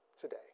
today